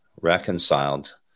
reconciled